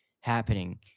happening